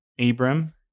Abram